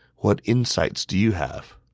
what insights do you have?